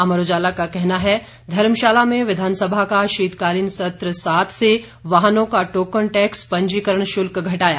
अमर उजाला का कहना है धर्मशाला में विधानसभा का शीत सत्र सात से वाहनों का टोकन टैक्स पंजीकरण शुल्क घटाया